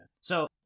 So-